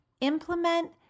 Implement